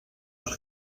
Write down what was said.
per